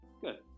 good